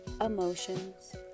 emotions